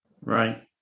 Right